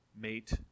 mate